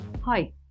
Hi